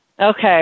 Okay